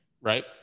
right